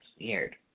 weird